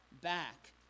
back